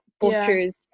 butchers